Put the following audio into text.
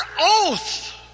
oath